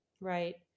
Right